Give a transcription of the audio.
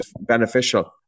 beneficial